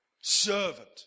servant